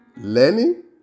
learning